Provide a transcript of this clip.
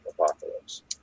apocalypse